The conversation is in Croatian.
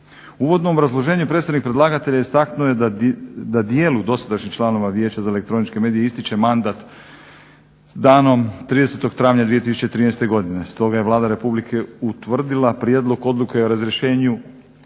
Uvodno obrazloženje predstavnik predlagatelja istaknuo je da dijelu dosadašnjih članova vijeća za elektroničke medije ističe mandat danom 30.travnaj 2013.godine stoga je Vlada Rh utvrdila prijedlog odluke o razrješenju